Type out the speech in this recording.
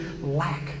lack